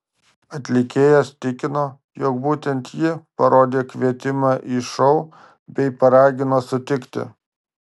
atlikėjas tikino jog būtent ji parodė kvietimą į šou bei paragino sutikti